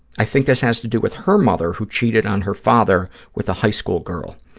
i think this has to do with her mother, who cheated on her father with a high school girl.